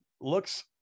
looks